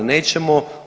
Nećemo.